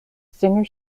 singer